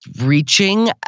reaching